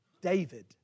David